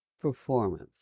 performance